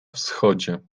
wschodzie